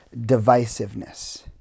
divisiveness